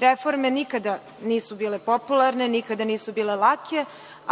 Reforme nikada nisu bile popularne, nikada nisu bile lake,